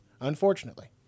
Unfortunately